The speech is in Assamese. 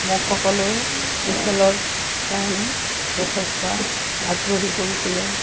মোক সকলোৱে এই খেলৰ কাৰণে যথেষ্ট আগ্ৰহী কৰিছিলে